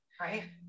Right